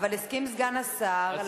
אבל הסכים סגן השר להצעה שהועלתה,